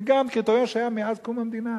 זה גם קריטריון שהיה מאז קום המדינה.